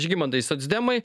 žygimantai socdemai